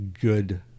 good